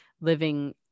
living